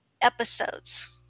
episodes